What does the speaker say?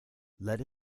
let